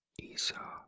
Esau